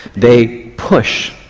they push,